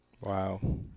Wow